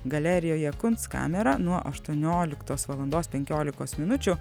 galerijoje kunstkamera nuo aštuonioliktos valandos penkiolikos minučių